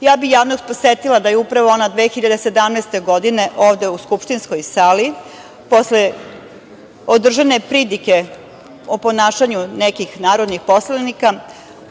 Ja bih javnost podsetila da je ona upravo 2017. godine ovde u skupštinskoj sali posle održane pridike o ponašanju nekih narodnih poslanika